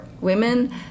women